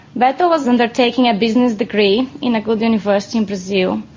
beto was undertaking a business degree in a good university in brazil.